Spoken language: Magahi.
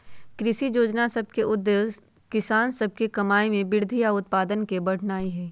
कृषि जोजना सभ के उद्देश्य किसान सभ के कमाइ में वृद्धि आऽ उत्पादन के बढ़ेनाइ हइ